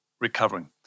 recovering